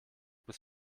bis